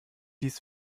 dies